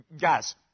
guys